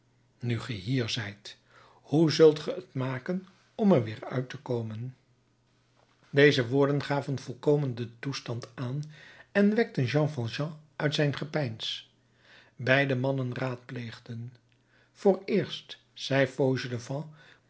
nu ge hier zijt hoe zult ge t maken om er weer uit te komen deze woorden gaven volkomen den toestand aan en wekten jean valjean uit zijn gepeins beide mannen raadpleegden vooreerst zei